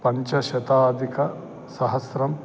पञ्चशताधिकसहस्रं